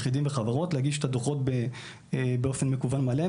יחידים וחברות להגיש את הדוחות באופן מקוון מלא,